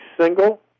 single